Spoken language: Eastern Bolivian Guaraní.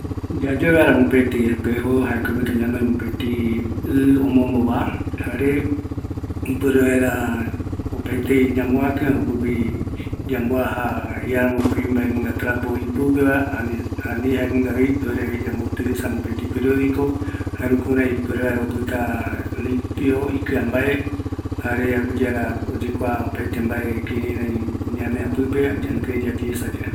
Yayoe vaera mopetɨ espejo, jaeko oimeta ñanoi mopetɨ ɨ omombova, ipuere vaera opaetei ñamoakɨ, jokogui yamboaja mbaenunga trapo iarambo rupi, ani jaenungavi yaiporu periodico, jukurai opɨta limpio ikɨambae, aguiyara opɨta kirai ñanea oyekua